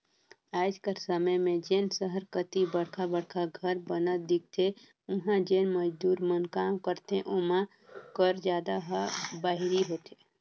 आएज कर समे में जेन सहर कती बड़खा बड़खा घर बनत दिखथें उहां जेन मजदूर मन काम करथे ओमा कर जादा ह बाहिरी होथे